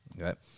Okay